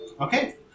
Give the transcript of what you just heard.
Okay